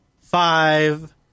five